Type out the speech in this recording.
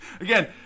Again